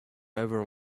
over